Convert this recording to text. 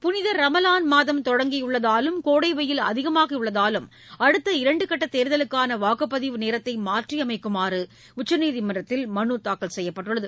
புனித ரமலான் மாதம் தொடங்கியுள்ளதாலும் கோடை வெய்யில் அதிகமாகியுள்ளதாலும் அடுத்த இரண்டு கட்ட தேர்தலுக்கான வாக்குப்பதிவு நேரத்தை மாற்றியமைக்குமாறு உச்சநீதிமன்றத்தில் மனு தாக்கல் செய்யப்பட்டுள்ளது